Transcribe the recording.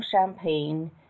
Champagne